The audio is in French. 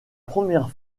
première